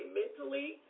mentally